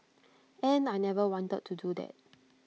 and I never wanted to do that